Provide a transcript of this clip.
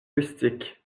rustiques